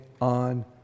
on